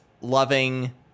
loving